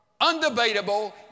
undebatable